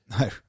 No